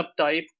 subtype